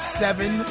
seven